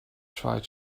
tried